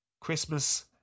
Christmas